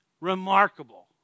Remarkable